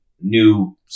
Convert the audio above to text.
New